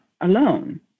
alone